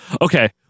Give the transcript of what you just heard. Okay